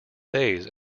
days